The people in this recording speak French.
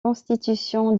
constitution